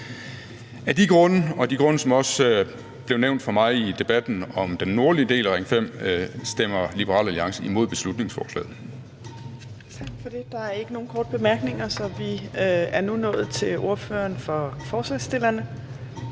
Af de grunde og af de grunde, som også blev nævnt af mig i debatten om den nordlige del af Ring 5, stemmer Liberal Alliance imod beslutningsforslaget. Kl. 14:42 Fjerde næstformand (Trine Torp): Tak for det. Der er ikke nogen korte bemærkninger, så vi er nu nået til ordføreren for forslagsstillerne,